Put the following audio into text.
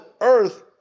earth